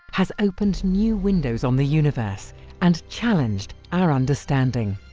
has opened new windows on the universe and challenged our understanding.